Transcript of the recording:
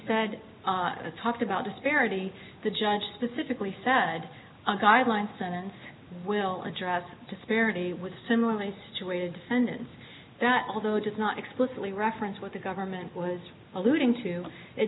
said talked about disparity the judge specifically said guidelines sentence will address disparity was similarly situated and that although it does not explicitly reference what the government was alluding to it